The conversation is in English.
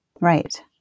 Right